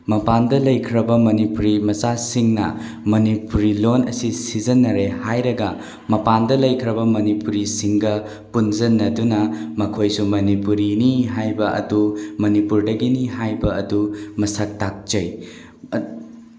ꯃꯄꯥꯟꯗ ꯂꯩꯈ꯭ꯔꯕ ꯃꯅꯤꯄꯨꯔꯤ ꯃꯆꯥꯁꯤꯡꯅ ꯃꯅꯤꯄꯨꯔꯤ ꯂꯣꯜ ꯑꯁꯤ ꯁꯤꯖꯤꯟꯅꯔꯦ ꯍꯥꯏꯔꯒ ꯃꯄꯥꯟꯗ ꯂꯩꯈ꯭ꯔꯕ ꯃꯅꯤꯄꯨꯔꯤꯁꯤꯡꯒ ꯄꯨꯟꯁꯤꯟꯅꯗꯨꯅ ꯃꯈꯣꯏꯁꯨ ꯃꯅꯤꯄꯨꯔꯤꯅꯤ ꯍꯥꯏꯕ ꯑꯗꯨ ꯃꯅꯤꯄꯨꯔꯗꯒꯤꯅꯤ ꯍꯥꯏꯕ ꯑꯗꯨ ꯃꯁꯛ ꯇꯥꯛꯆꯩ